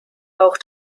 auch